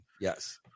yes